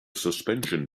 suspension